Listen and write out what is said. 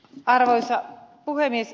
arvoisa puhemies